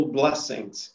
blessings